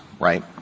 right